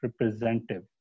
representative